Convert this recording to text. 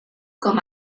com